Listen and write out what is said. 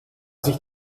sich